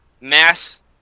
mass